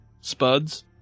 Spuds